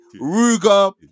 Ruger